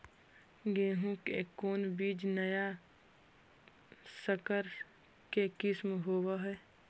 गेहू की कोन बीज नया सकर के किस्म होब हय?